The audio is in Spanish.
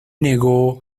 negó